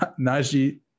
Najee